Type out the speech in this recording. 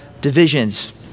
divisions